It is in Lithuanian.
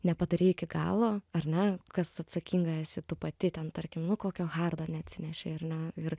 nepadarei iki galo ar ne kas atsakinga esi tu pati ten tarkim nu kokio hardo neatsinešei ar ne ir